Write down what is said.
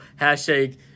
hashtag